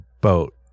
boat